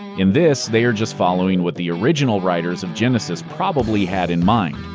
in this, they are just following what the original writers of genesis probably had in mind.